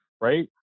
right